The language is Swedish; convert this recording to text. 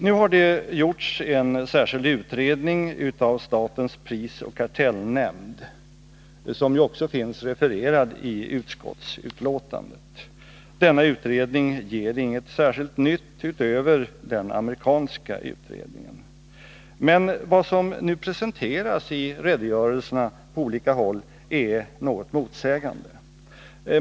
Nu har det gjorts en särskild utredning av statens prisoch kartellnämnd, vilken också finns refererad i utskottsbetänkandet. Denna utredning ger inget särskilt nytt utöver den amerikanska utredningen. Men vad som nu presenteras i redogörelserna på olika håll är något motsägande.